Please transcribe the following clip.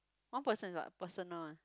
one person is what personal one